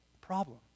problem